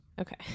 okay